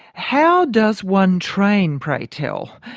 how does one train, pray tell,